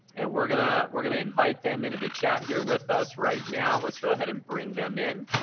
and we're gonna we're gonna invite them into the chat here with us right now. let's go ahead and bring them in.